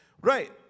Right